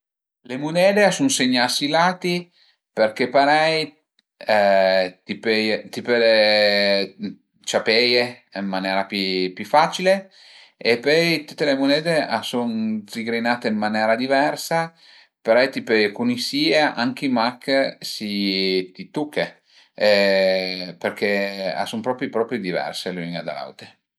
Le munede a sun segnà si lati përché parei ti pöie ti pöle ciapeie ën manera pi pi facile e pöi tüte le munede a sun zigrinata ën manera diversa, parei ti pöle cunisìe anche mach si ti tuche përché a sun propi propi diverse le üne da le aute